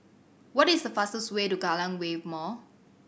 what is the fastest way to Kallang Wave Mall